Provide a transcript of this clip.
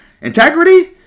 Integrity